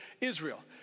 Israel